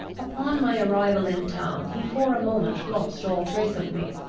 upon my arrival in town he for a moment lost all trace of me,